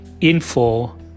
info